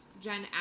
Jen